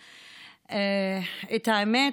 האמת,